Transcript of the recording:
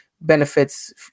benefits